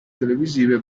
televisive